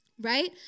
Right